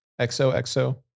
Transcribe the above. XOXO